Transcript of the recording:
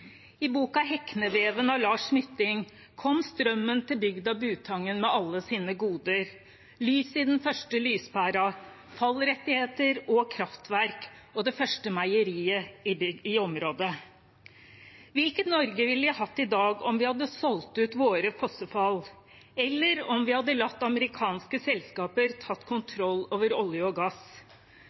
I boken «Hekneveven» av Lars Mytting kom strømmen til bygda Butangen med alle sine goder, lyset i den første lyspæren, fallrettigheter og kraftverk og det første meieriet i området. Hvilket Norge ville vi hatt i dag om vi hadde solgt ut våre fossefall, eller om vi hadde latt amerikanske selskaper ta kontroll over olje og gass?